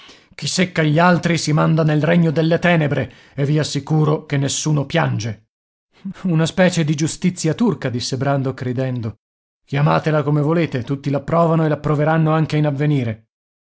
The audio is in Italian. chi secca gli altri si manda nel regno delle tenebre e vi assicuro che nessuno piange una specie di giustizia turca disse brandok ridendo chiamatela come volete tutti l'approvano e l'approveranno anche in avvenire